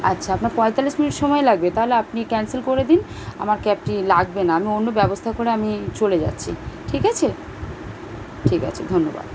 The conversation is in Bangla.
আচ্ছা আপনার পঁয়তাল্লিশ মিনিট সময় লাগবে তাহলে আপনি ক্যানসেল করে দিন আমার ক্যাবটি লাগবে না আমি অন্য ব্যবস্থা করে আমি চলে যাচ্ছি ঠিক আছে ঠিক আছে ধন্যবাদ